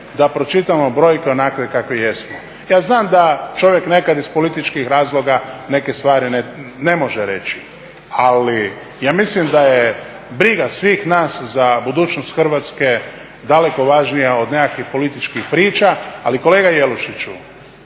da pročitamo brojke onakve kakve jesu. Ja znam da čovjek nekad iz političkih razloga neke stvari ne može reći ali ja mislim da je briga svih nas za budućnost Hrvatske daleko važnija od nekakvih političkih priča. Ali kolega Jelušiću,